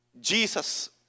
Jesus